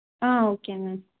ah okay ma'am